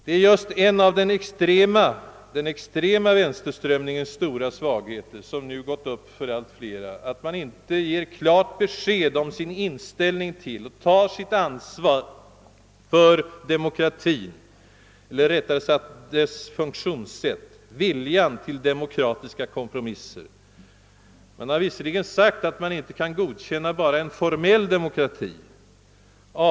Det är just en av den extrema vänsterströmningens stora svagheter, som nu gått upp för allt flera, att man inte ger klart besked om sin inställning till och tar sitt ansvar för demokrati eller rättare sagt dess funktionssätt. Viljan att göra demokratiska kompromisser saknas. Man har visserligen sagt att det man inte kan godkänna är endast den formella demokratin.